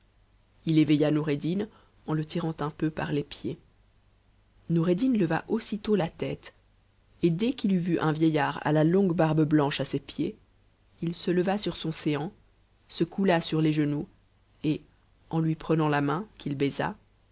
h éveilla om'eddin en le tirant un peu par les pieds noureddin leva aussitôt la tête et dès qu'il eut vu un vieillard à onguc jarhe ses pieds il se leva sur son séant se coula sur les genoux et lui prenant la main qu'il baisa